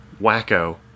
Wacko